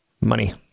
Money